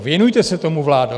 Věnujte se tomu, vládo!